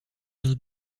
will